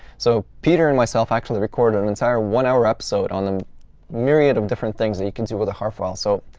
so peter and myself actually recorded an entire one-hour episode on the myriad of different things that you can do with a har file. so